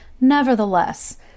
nevertheless